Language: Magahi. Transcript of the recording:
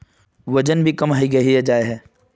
वजन भी कम है गहिये जाय है?